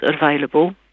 available